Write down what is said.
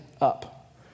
up